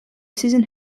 season